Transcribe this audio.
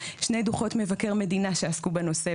שני דוחות מבקר מדינה שעסקו בנושא,